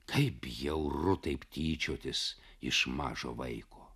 kaip bjauru taip tyčiotis iš mažo vaiko